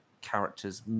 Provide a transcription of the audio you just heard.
characters